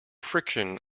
friction